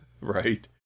right